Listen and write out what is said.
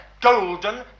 golden